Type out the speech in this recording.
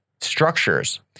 structures